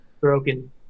broken